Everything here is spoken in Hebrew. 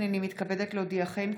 הינני מתכבדת להודיעכם,